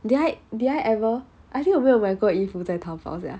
did I did I ever I think 我没有买过衣服在 taobao sia